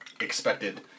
expected